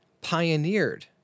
pioneered